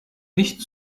nicht